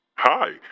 Hi